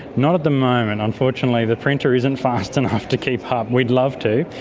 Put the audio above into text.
not at the moment, unfortunately the printer isn't fast and enough to keep up. we'd love to.